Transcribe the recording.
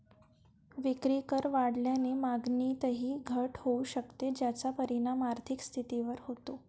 विक्रीकर वाढल्याने मागणीतही घट होऊ शकते, ज्याचा परिणाम आर्थिक स्थितीवर होतो